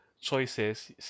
choices